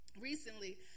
Recently